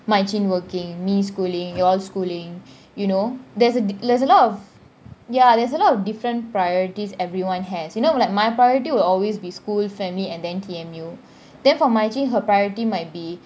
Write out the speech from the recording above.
marichin working me schooling you all schooling you know there's there's a lot of ya there's a lot of different priorities everyone has you know like my priority will always be school family and then T_M_U then for marichin her priority might be